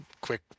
quick